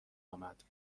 آمد